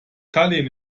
tallinn